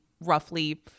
roughly